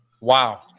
wow